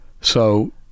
so-